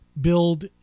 build